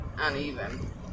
uneven